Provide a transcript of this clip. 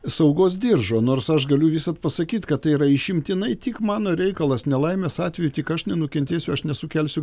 saugos diržo nors aš galiu visad pasakyt kad tai yra išimtinai tik mano reikalas nelaimės atveju tik aš nenukentėsiu aš nesukelsiu